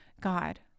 God